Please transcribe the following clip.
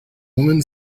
woman